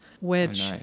which-